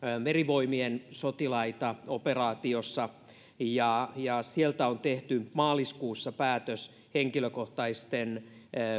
merivoimien sotilaita operaatiossa ja ja maaliskuussa on tehty päätös henkilökohtaisten